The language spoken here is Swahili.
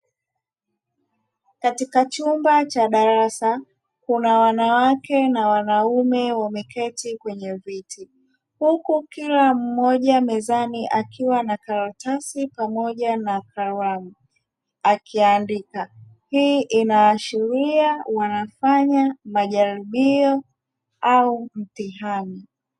Katika chumba cha darasa kuna wanawake na wanaume wameketi kwenye viti huku kila mmoja mezani akiwa na karatasi pamoja na kalamu akiandika hii inaashiria wanafanya majaribio au mtihani.